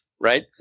right